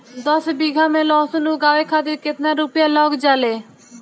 दस बीघा में लहसुन उगावे खातिर केतना रुपया लग जाले?